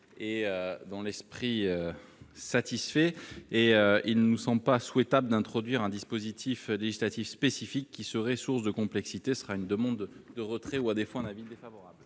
et dans l'esprit satisfait et il ne nous semble pas souhaitable d'introduire un dispositif législatif spécifique qui serait source de complexité sera une demande de retrait ou à défaut un avis d'défavorable.